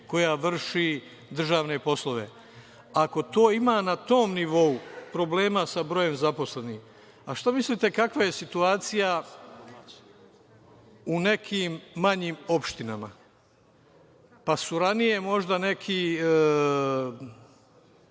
koja vrši državne poslove, ako to ima na tom nivou problema sa brojem zaposlenih, a šta mislite kakva je situacija u nekim manjim opštinama? Ranije su neke